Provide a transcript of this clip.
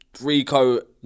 Rico